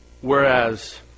Whereas